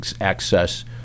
access